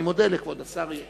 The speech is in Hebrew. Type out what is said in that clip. אני מודה לכבוד השר.